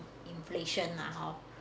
inflation lah hor